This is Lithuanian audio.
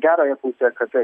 gerąją pusę kad tai